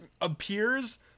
appears